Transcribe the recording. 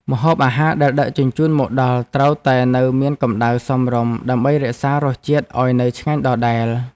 ម្ហូបអាហារដែលដឹកជញ្ជូនមកដល់ត្រូវតែនៅមានកម្តៅសមរម្យដើម្បីរក្សារសជាតិឱ្យនៅឆ្ងាញ់ដដែល។